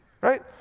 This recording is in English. Right